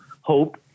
hope